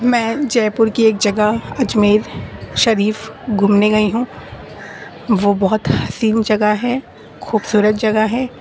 میں جے پور کی ایک جگہ اجمیر شریف گھومنے گئی ہوں وہ بہت حسین جگہ ہے خوبصورت جگہ ہے